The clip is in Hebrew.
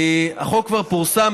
החוק כבר פורסם.